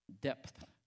depth